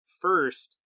first